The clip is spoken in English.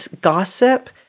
gossip